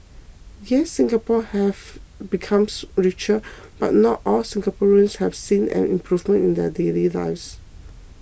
yes Singapore has becomes richer but not all Singaporeans have seen an improvement in their daily lives